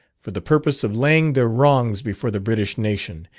for the purpose of laying their wrongs before the british nation,